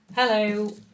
Hello